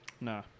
Nah